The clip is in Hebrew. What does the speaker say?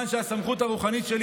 הסמכות הרוחנית שלי,